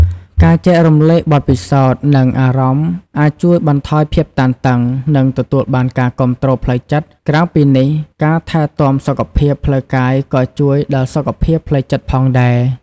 ការចែករំលែកបទពិសោធន៍និងអារម្មណ៍អាចជួយបន្ថយភាពតានតឹង និងទទួលបានការគាំទ្រផ្លូវចិត្ត ក្រៅពីនេះ ការថែទាំសុខភាពផ្លូវកាយក៏ជួយដល់សុខភាពផ្លូវចិត្តផងដែរ។